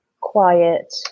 quiet